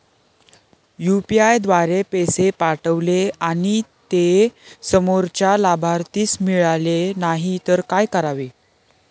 UPI द्वारे पैसे पाठवले आणि ते समोरच्या लाभार्थीस मिळाले नाही तर काय करावे?